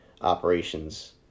operations